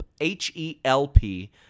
H-E-L-P